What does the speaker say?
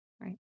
Right